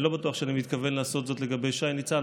אני לא בטוח שאני מתכוון לעשות זאת לגבי שי ניצן,